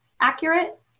accurate